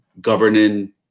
governing